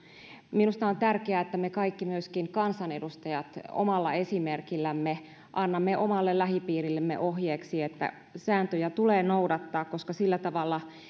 minusta on tärkeää että me kaikki myöskin kansanedustajat omalla esimerkillämme annamme omalle lähipiirillemme ohjeeksi että sääntöjä tulee noudattaa koska sillä tavalla